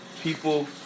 people